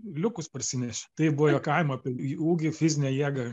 liukus parsinešė taip buvo juokaujama apie jo ūgį fizinę jėgą